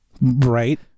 Right